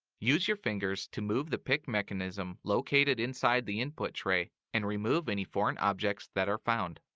use your fingers to move the pick mechanism located inside the input tray, and remove any foreign objects that are found.